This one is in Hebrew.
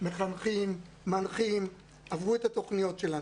מחנכים ומנחים עברו את התוכניות שלנו.